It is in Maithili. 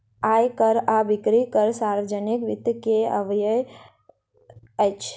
आय कर आ बिक्री कर सार्वजनिक वित्त के अवयव अछि